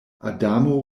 adamo